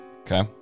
Okay